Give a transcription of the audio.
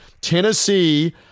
tennessee